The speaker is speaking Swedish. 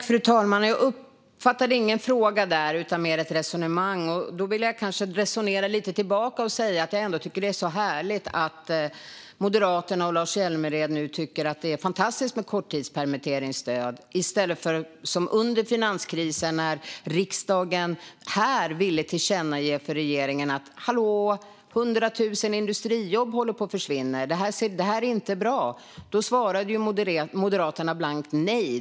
Fru talman! Jag uppfattade inte någon fråga där utan mer ett resonemang. Jag vill också resonera lite och säga att jag tycker att det är härligt att Moderaterna och Lars Hjälmered nu tycker att det är fantastiskt med korttidspermitteringsstöd. Under finanskrisen ville riksdagen tillkännage för regeringen att hundra tusen industrijobb höll på att försvinna och att det inte var bra, men då svarade Moderaterna blankt nej.